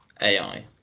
AI